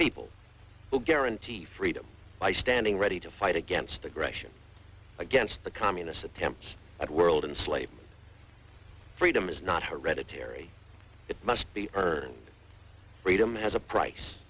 people will guarantee freedom by standing ready to fight against aggression against the communist attempts at world and slaves freedom is not hereditary it must be earned freedom has a price